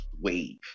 wave